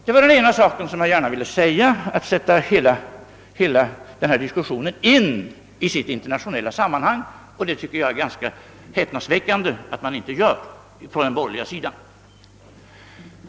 Jag har velat sätta in hela denna diskussion i sitt internationella sammanhang. Att de borgerliga inte gör det är enligt min mening ganska uppseendeväckande.